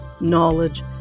knowledge